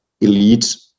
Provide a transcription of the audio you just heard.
elite